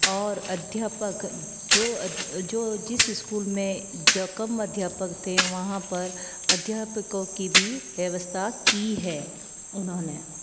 और अध्यापक जो अध् जो जिस इस्कूल में कम अध्यापक थे वहाँ पर अध्यापकों की भी व्यवस्था की है उन्होंने